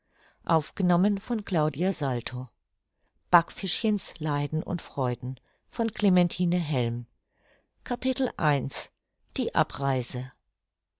salto backfischchen leiden und freuden die abreise